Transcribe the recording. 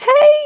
Hey